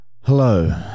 Hello